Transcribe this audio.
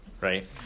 right